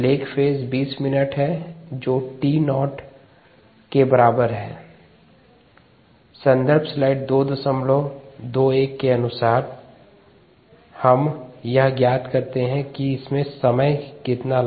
leg phase 20 minute है जो t naught के बराबर है स्लाइड समय 0121